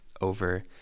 over